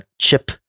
chip